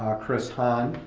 ah chris hann,